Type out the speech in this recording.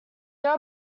there